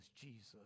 Jesus